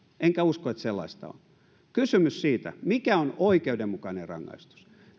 enkä usko että sellaista on kysymys siitä mikä on oikeudenmukainen rangaistus